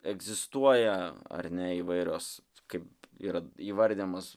egzistuoja ar ne įvairios kaip yra įvardijamos